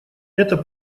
это